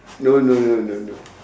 no no no no no